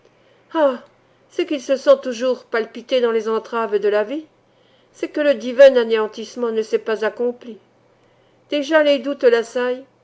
c'est qu'il se sent toujours palpiter dans les entraves de la vie c'est que le divin anéantissement ne s'est pas accompli déjà les doutes